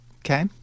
Okay